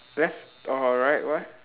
left or right what